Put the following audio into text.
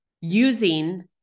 using